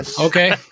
okay